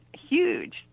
huge